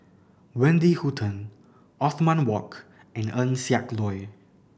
Wendy Hutton Othman Wok and Eng Siak Loy